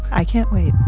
i can't wait.